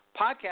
podcast